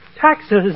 taxes